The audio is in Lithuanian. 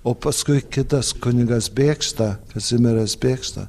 o paskui kitas kunigas bėkšta kazimieras bėkšta